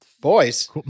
boys